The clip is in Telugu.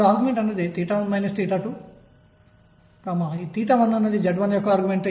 కాబట్టి ఇది AAp dx 222E1 cos22dకు సమానం